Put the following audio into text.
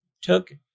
took